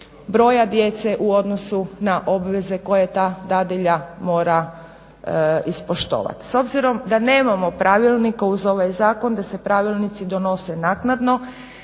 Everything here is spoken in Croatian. broja djece u odnosu na obveze koje ta dadilja mora ispoštovati. S obzirom da nemamo pravilnik uz ovaj zakon da se pravilnici donose naknadno,